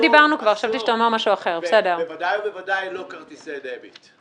אתה אומר שעכשיו זה לא לפי אחוזים.